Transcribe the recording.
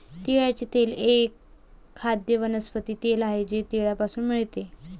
तिळाचे तेल एक खाद्य वनस्पती तेल आहे जे तिळापासून मिळते